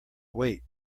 wait